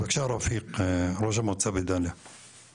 בבקשה רפיק, ראש מועצת דאלית אל כרמל.